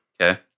Okay